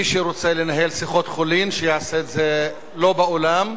מי שרוצה לנהל שיחות חולין שיעשה את זה לא באולם.